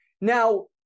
Now